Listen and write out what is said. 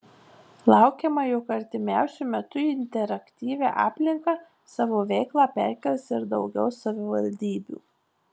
laukiama jog artimiausiu metu į interaktyvią aplinką savo veiklą perkels ir daugiau savivaldybių